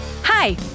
hi